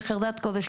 בחרדת קודש,